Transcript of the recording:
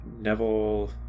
Neville